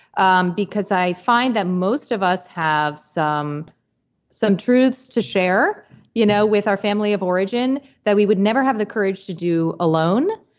um because i find that most of us have some some truths to share you know with our family of origin that we would never have the courage to do alone.